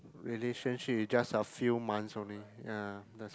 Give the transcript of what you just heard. relationship is just a few months only ya